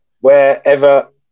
wherever